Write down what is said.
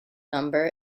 number